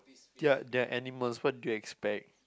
ya they're animals what do you expect